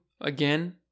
again